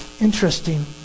Interesting